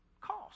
cost